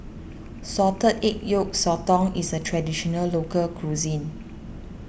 Salted Egg Yolk Sotong is a Traditional Local Cuisine